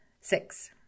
Six